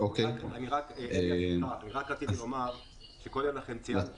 רק רציתי לומר שקודם ציינתי